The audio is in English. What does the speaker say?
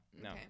No